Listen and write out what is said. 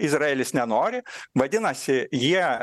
izraelis nenori vadinasi jie